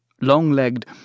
Long-legged